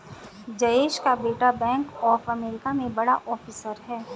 जयेश का बेटा bank of America में बड़ा ऑफिसर है